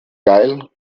geil